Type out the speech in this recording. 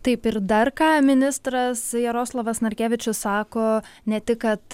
taip ir dar ką ministras jaroslavas narkevičius sako ne tik kad